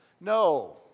No